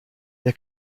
der